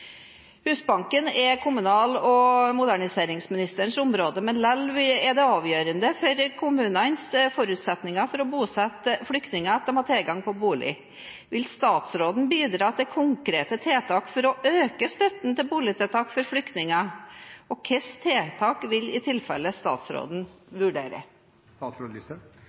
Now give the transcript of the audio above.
Husbanken er kommunal- og moderniseringsministerens område, men likevel er det avgjørende for kommunenes forutsetninger for å bosette flyktninger at de har tilgang på bolig. Vil statsråden bidra til konkrete tiltak for å øke støtten til boligtiltak for flyktninger, og hva slags tiltak vil i tilfelle statsråden